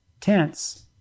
tense